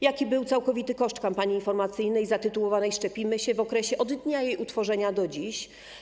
Jaki był całkowity koszt kampanii informacyjnej zatytułowanej #SzczepimySię w okresie od dnia jej utworzenia do dziś?